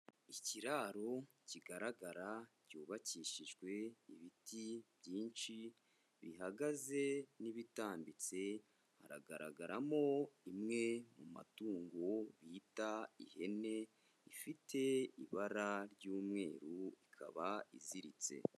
Ikiraro kigaragara cyubakishijwe ibiti byinshi bihagaze n'ibitambitse, haragaragaramo imwe mu matungo bita ihene ifite ibara ry'umweru ikaba iziritse.